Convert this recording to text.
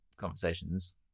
conversations